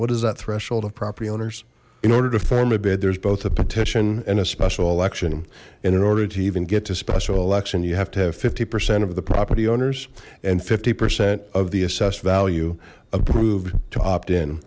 what is that threshold of property owners in order to form a bit there's both a petition and a special election and in order to even get to special election you have to have fifty percent of the property owners and fifty percent of the assessed value approved